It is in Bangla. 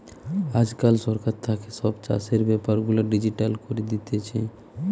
আজকাল সরকার থাকে সব চাষের বেপার গুলা ডিজিটাল করি দিতেছে